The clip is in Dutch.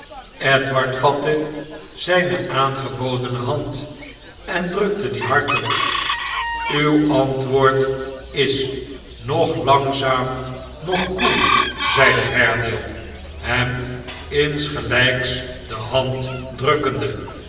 edward vatte zijne aangebodene hand en drukte die hartelijk uw antwoord is noch langzaam noch koel zeide haredale hem insgelijks de hand drukkende